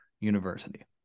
university